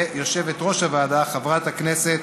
ויושבת-ראש הוועדה, חברת הכנסת